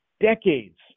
decades